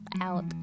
out